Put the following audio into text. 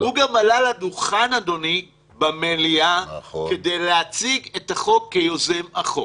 הוא גם עלה לדוכן במליאה כדי להציג את החוק כיוזם החוק.